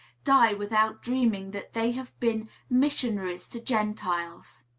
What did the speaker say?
die without dreaming that they have been missionaries to gentiles.